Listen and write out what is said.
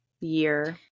year